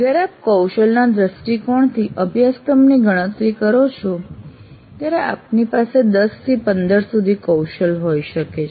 જ્યારે આપ કૌશલના દ્રષ્ટિકોણથી અભ્યાસક્રમની ગણતરી કરો છો ત્યારે આપની પાસે 10 થી 15 સુધી કૌશલ હોઈ શકે છે